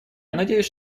надеюсь